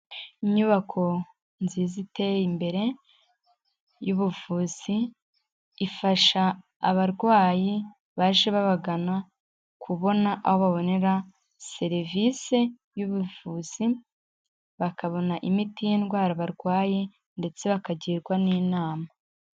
Inyubako nziza iteye imbere y'ubuvuzi, ifasha abarwayi baje babagana kubona aho babonera serivisi y'ubuvuzi, bakabona imiti y'indwara barwaye ndetse bakagirwa n'inama.